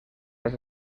las